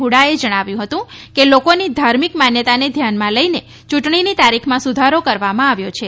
હ્ડાએ જણાવ્યું હતું કે લોકોની ધાર્મિક માન્યતાને ધ્યાનમાં લઈને ચૂંટણીની તારીખમાં સુધારો કરવામાં આવ્યો છે